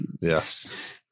Yes